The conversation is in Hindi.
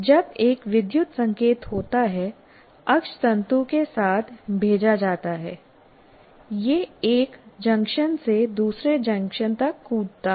जब एक विद्युत संकेत होता है अक्षतंतु के साथ भेजा जाता है यह एक जंक्शन से दूसरे जंक्शन तक कूदता है